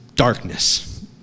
Darkness